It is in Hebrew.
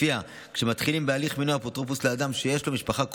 שלפיה כשמתחילים בהליך מינוי אפוטרופוס לאדם שיש לו משפחה קרובה,